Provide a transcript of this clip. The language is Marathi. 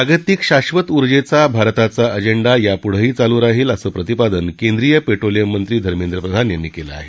जागतिक शाधत उर्जेचा भारताचा अंजेडा या पुढेही चालू राहील असं प्रतिपादन केंद्रीय पेट्रोलियम मंत्री धर्मेंद्र प्रधान यांनी केलं आहे